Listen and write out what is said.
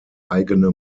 eigene